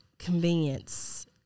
Convenience